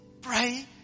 pray